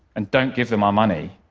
and don't give them our money.